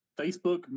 Facebook